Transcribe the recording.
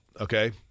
okay